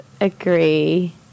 agree